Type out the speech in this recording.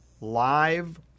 live